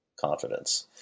confidence